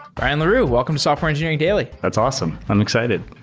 brian leroux, welcome to software engineering daily that's awesome. i'm excited.